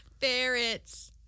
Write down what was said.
Ferrets